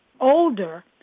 older